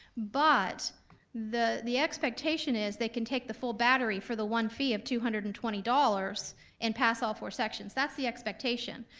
but the the expectation is, they can take the full battery for the one fee of two hundred and twenty dollars and pass all four sections, that's the expectation.